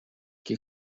que